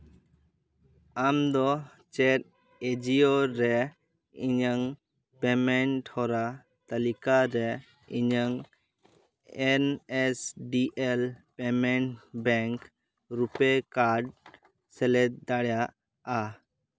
ᱟᱢᱫᱚ ᱪᱮᱫ ᱮᱡᱤᱭᱳ ᱨᱮ ᱤᱧᱟᱹᱜ ᱯᱮᱢᱮᱱᱴ ᱦᱚᱨᱟ ᱛᱟᱹᱞᱤᱠᱟ ᱨᱮ ᱤᱧᱟᱹᱜ N S D L payment bank RuPay card ᱥᱮᱞᱮᱫ ᱫᱟᱲᱮᱭᱟᱜᱼᱟ